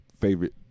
Favorite